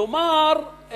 כלומר,